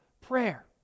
prayer